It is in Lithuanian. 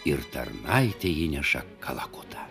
ir tarnaitė įneša kalakutą